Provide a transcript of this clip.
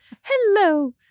Hello